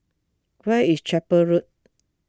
where is Chapel Road